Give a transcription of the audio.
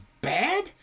bad